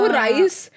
rice